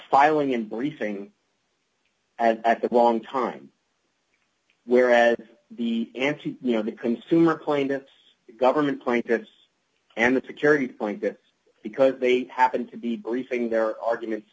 filing in briefing at the wrong time whereas the answer you know the consumer plaintiffs government plaintiffs and the security point that's because they happen to be briefing their arguments